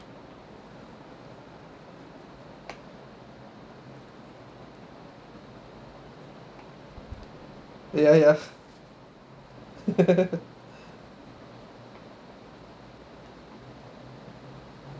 ya ya